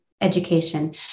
education